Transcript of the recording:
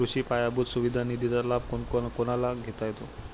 कृषी पायाभूत सुविधा निधीचा लाभ कोणाकोणाला घेता येतो?